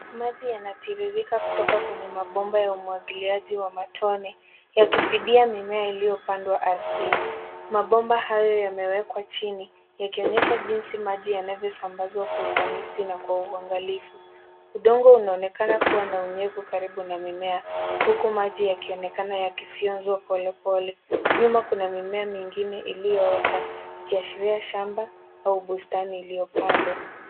Maji yanatiririka kutoka kwenye mabomba ya umwagiliagi wa matone yakifidia mimea iliyopandwa ardhini. Mabomba hayo yamewekwa chini, yakionyesha jinsi maji yanavyosambazwa kwa ufanisi na kwa uangalifu. Udongo unaonekana kuwa na unyevu karibu na mimea huku maji yakionekana yakifunzwa polepole. Nyuma kuna mimea mingine iliyoota ikiashiria shamba au bustani iliyopandwa.